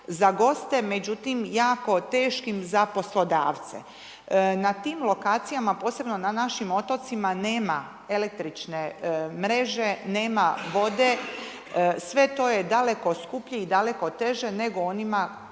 za goste, međutim jako teškim za poslodavce. Na tim lokacijama, posebno na našim otocima nema električne mreže, nema vode sve to je daleko skuplje i daleko teže nego onima